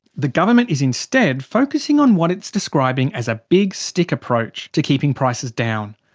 the government is instead focusing on what it's describing as a big stick approach to keeping prices down.